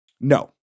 No